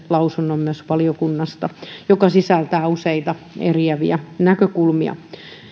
lausunnon valiokunnasta ja se sisältää useita eriäviä näkökulmia